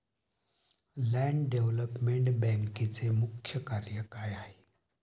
Land development बँकेचे मुख्य कार्य काय आहे?